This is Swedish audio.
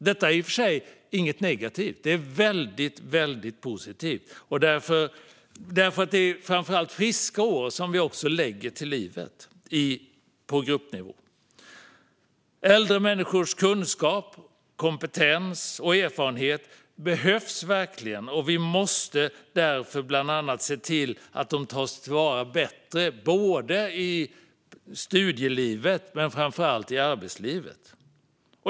Det är i och för sig inte negativt, utan det är väldigt positivt då det framför allt är friska år som vi lägger till livet på gruppnivå. Äldre människors kunskap, kompetens och erfarenhet behövs verkligen, och vi måste därför bland annat se till att de tas till vara bättre i studielivet men framför allt i arbetslivet.